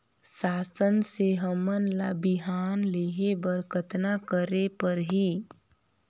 शासन से हमन ला बिहान लेहे बर कतना करे परही?